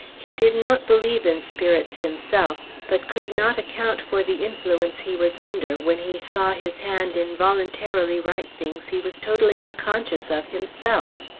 he did not believe in spirits himself but could not account for the influence he was under, when he saw his hand involuntarily write things he was totally unconscious of, himself.